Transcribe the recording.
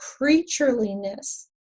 creatureliness